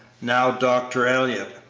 now dr. elliott.